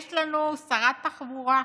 יש לנו שרת תחבורה,